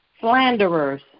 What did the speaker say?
slanderers